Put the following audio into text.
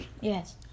Yes